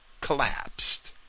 collapsed